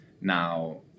now